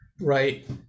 right